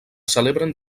celebren